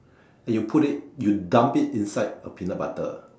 and you put it you dump it inside a peanut butter